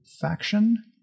Faction